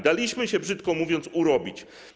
Daliśmy się, brzydko mówiąc, urobić.